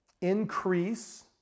Increase